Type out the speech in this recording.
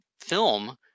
film